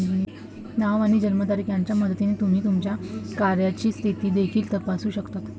नाव आणि जन्मतारीख यांच्या मदतीने तुम्ही तुमच्या कर्जाची स्थिती देखील तपासू शकता